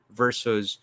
versus